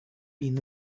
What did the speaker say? been